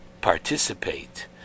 participate